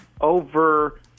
over